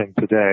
today